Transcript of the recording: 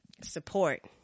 support